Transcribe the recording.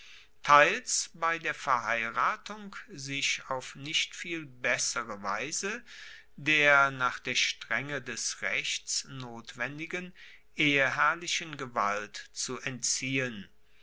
teils bei der verheiratung sich auf nicht viel bessere weise der nach der strenge des rechts notwendigen eheherrlichen gewalt zu entziehen